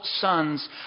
sons